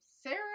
Sarah